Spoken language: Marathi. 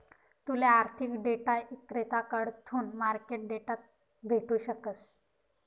तूले आर्थिक डेटा इक्रेताकडथून मार्केट डेटा भेटू शकस